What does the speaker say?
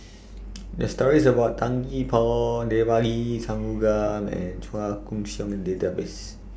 The stories about Tan Gee Paw Devagi Sanmugam and Chua Koon Siong Database